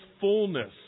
fullness